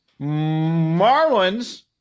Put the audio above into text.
Marlins